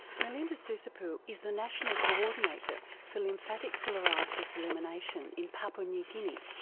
melinda susapu is the national coordinator for lymphatic filariasis elimination in papua new guinea.